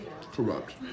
corrupt